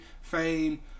fame